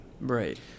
Right